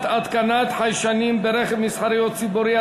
התקנת חיישנים ברכב מסחרי או ציבורי),